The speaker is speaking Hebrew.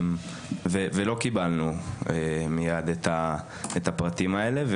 ולא קיבלנו מייד את הפרטים האלה,